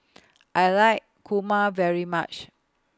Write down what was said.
I like Kurma very much